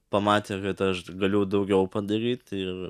pamatė kad aš galiu daugiau padaryti ir